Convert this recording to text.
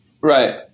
Right